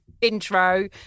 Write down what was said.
intro